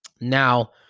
Now